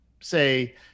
Say